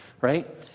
right